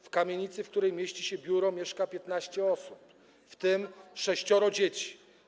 W kamienicy, w której mieści się biuro, mieszka 15 osób, w tym 6 dzieci.